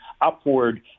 upward